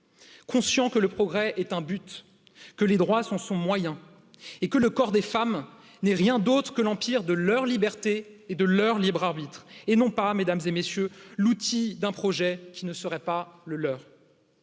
conscient que le progrès est un but, que les droits sont moyen et que le corps des femmes n'est rien d'autre que l'empire de leur liberté et de leur libre arbitre et non pas Mᵐᵉˢ et MM.. l'outil d'un projet qui nee serait pas le leur.